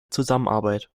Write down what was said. zusammenarbeit